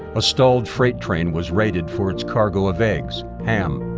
a stalled freight train was raided for its cargo of eggs, ham,